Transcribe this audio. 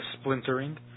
splintering